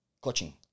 coaching